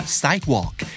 sidewalk